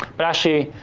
but actually,